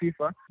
fifa